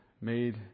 made